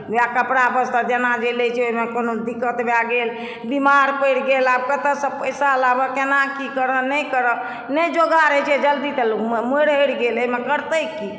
वएह कपड़ा वस्र आओर जेना जे लैत छै ओहिमे कोनो दिक्कत भए गेल बीमार परि गेल आब कतयसँ पैसा लाबय केना की करय नहि करय नहि जोगार होइ छै जल्दी तऽ लोग मरि हरि गेल एहिमे करतै की